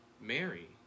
Mary